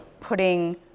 putting